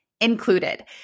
included